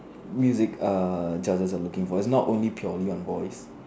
music err judges are looking for is not only purely on voice